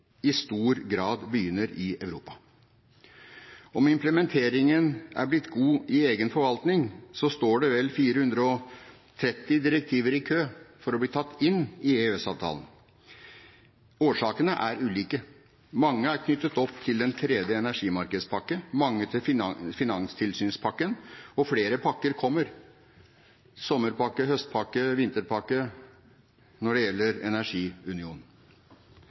i stor grad begynner i Europa. Om implementeringen er blitt god i egen forvaltning, står det vel 430 direktiver i kø for å bli tatt inn i EØS-avtalen. Årsakene er ulike. Mange er knyttet opp til den tredje energimarkedspakke, mange til finanstilsynspakken, og flere pakker kommer – sommerpakke, høstpakke, vinterpakke – når det gjelder energiunionen.